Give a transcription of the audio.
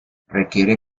requiere